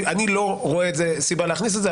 אני לא רואה סיבה להכניס את זה,